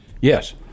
Yes